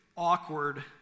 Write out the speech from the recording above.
awkward